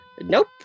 Nope